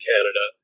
Canada